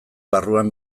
barruan